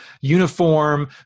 uniform